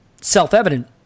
self-evident